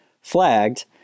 flagged